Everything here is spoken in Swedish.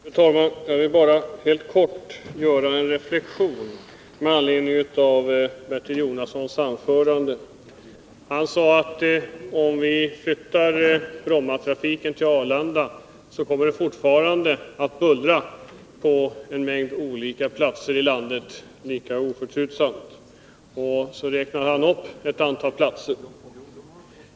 Fru talman! Jag vill bara helt kort göra en reflexion med anledning av Bertil Jonassons anförande. Han sade att det, om vi flyttar Brommatrafiken till Arlanda, kommer att fortsätta att bullra på en mängd olika platser i landet lika oförtrutet som tidigare, och så räknade han upp ett antal sådana platser.